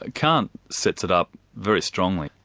ah kant set it up very strongly,